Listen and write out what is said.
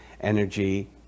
energy